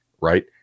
right